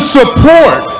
support